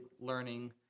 learning